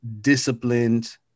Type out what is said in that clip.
disciplined